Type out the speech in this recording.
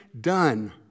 done